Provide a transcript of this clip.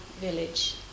village